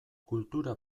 kultura